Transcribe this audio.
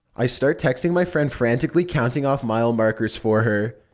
i start texting my friend frantically counting off mile markers for her.